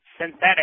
synthetic